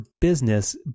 business